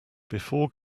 before